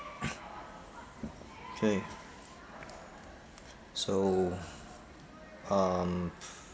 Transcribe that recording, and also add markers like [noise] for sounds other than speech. [noise] okay [noise] so um [noise]